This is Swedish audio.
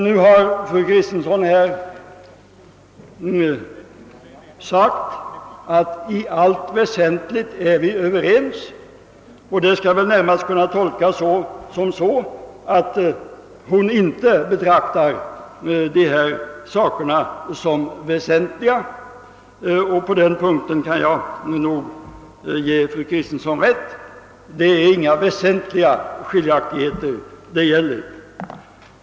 Nu har fru Kristensson sagt att i allt väsentligt är vi överens. Det skall väl närmast tolkas så att fru Kristensson inte betraktar dessa ting som väsentliga. På den punkten kan jag i så fall ge fru Kristensson rätt; det är inga väsentliga skiljaktigheter det gäller.